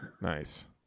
nice